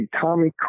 Tommy